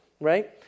right